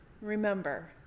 remember